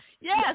yes